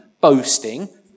boasting